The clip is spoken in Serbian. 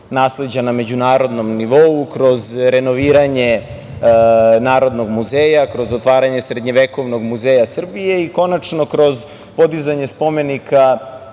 nasleđa na međunarodnom nivou, kroz renoviranje Narodnog muzeja, kroz otvaranje Srednjevekovnog muzeja Srbije i, konačno, kroz podizanje spomenika